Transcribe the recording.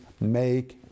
make